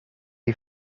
you